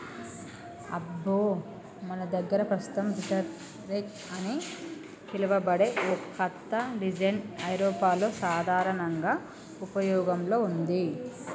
అబ్బో మన దగ్గర పస్తుతం రీటర్ రెక్ అని పిలువబడే ఓ కత్త డిజైన్ ఐరోపాలో సాధారనంగా ఉపయోగంలో ఉంది